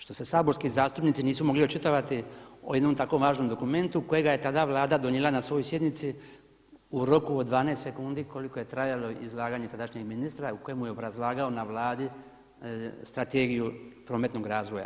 Što se saborski zastupnici nisu mogli očitovati o jednom tako važnom dokumentu kojega je tada Vlada donijela na svojoj sjednici u roku od 12 sekundi koliko je trajalo izlaganje tadašnjeg ministra u kojemu je obrazlagao na Vladi strategiju prometnog razvoja.